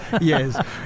Yes